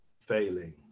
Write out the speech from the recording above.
failing